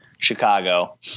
Chicago